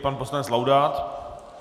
Pan poslanec Laudát.